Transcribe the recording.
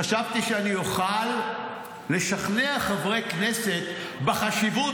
חשבתי שאני אוכל לשכנע חברי כנסת בחשיבות,